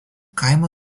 kaimą